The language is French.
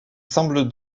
semble